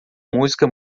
música